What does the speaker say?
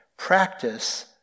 Practice